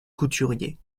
couturier